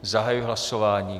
Zahajuji hlasování.